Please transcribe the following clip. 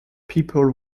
people